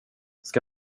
ska